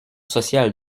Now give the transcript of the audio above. social